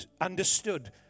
understood